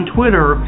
Twitter